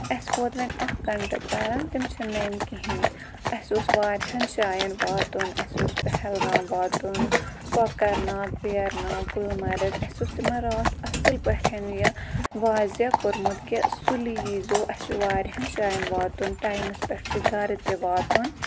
اَسہِ ووت وۄنۍ اَکھ گَنٹہٕ پیاران تِم چھِنہٕ نٔنۍ کِہیٖنۍ اَسہِ اوس وارہہن جایَن واتُن اَسہِ اوس پہلگام واتُن کۄکَر ناگ ویرناگ گُلمرگ اسہِ اوس تمن راتھ اصل پٲٹھۍ یہِ واضع کوٚرمُت کہ سُلی ییی زیٚو اَسہِ چھُ واریہن جایَن واتُن ٹایمَس پیٚٹھ چھُ گرٕ تہِ واتُن